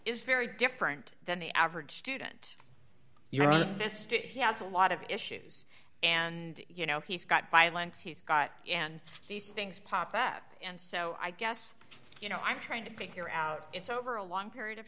is very different than the average student you're the best if he has a lot of issues and you know he's got violence he's got and these things popped up and so i guess you know i'm trying to figure out if it's over a long period of